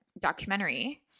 documentary